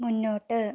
മുന്നോട്ട്